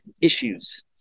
issues